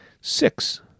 Six